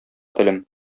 телем